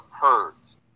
herds